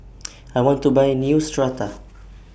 I want to Buy Neostrata